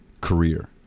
career